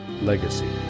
legacy